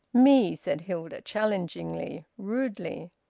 me! said hilda, challengingly, rudely.